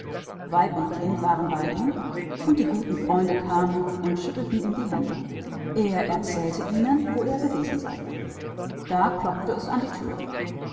weib und kind waren bei ihm und die guten freunde kamen und schüttelten ihm die hände er erzählte ihnen wo er gewesen sei da klopfte es an die tür